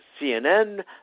CNN